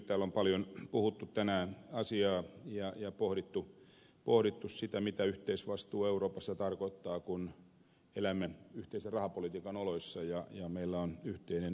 täällä on paljon puhuttu tänään asiaa ja pohdittu sitä mitä yhteisvastuu euroopassa tarkoittaa kun elämme yhteisen rahapolitiikan oloissa ja meillä on yhteinen euro